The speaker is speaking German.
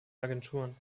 agenturen